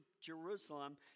Jerusalem